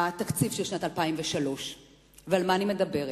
התקציב של שנת 2003. ועל מה אני מדברת?